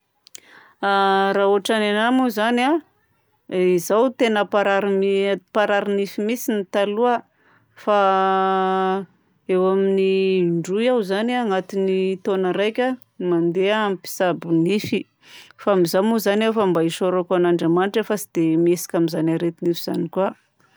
Raha ôtran'ny anahy moa zany a. Izaho tegna mparary ni- mparary nify mihitsiny taloha. Fa eo amin'ny indroa eo zany agnatin'ny taona raika no mandeha amin'ny mpitsabo nify. Fa amin'izao moa zany aho efa mba isaorako an'Andriamanitra fa tsy dia mihetsika amin'izany areti-nify zany koa.